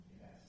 Yes